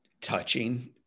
touching